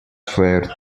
fair